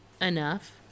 enough